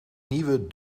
nieuwe